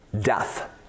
death